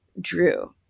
drew